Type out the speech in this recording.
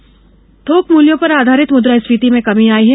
मुद्रास्फीति थोक मूल्यों पर आधारित मुद्रास्फीति में कमी आई है